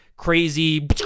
crazy